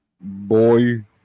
Boy